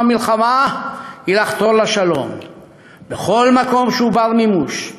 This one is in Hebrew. מלחמה היא לחתור לשלום בכל מקום שהוא בר-מימוש.